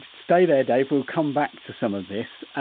stay there dave, we'll come back to some of this.